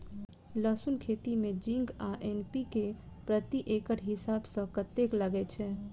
लहसून खेती मे जिंक आ एन.पी.के प्रति एकड़ हिसाब सँ कतेक लागै छै?